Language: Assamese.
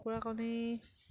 কুকুৰা কণী